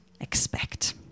expect